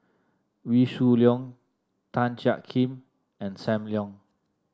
Wee Shoo Leong Tan Jiak Kim and Sam Leong